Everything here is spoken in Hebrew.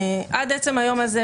עד עצם היום הזה,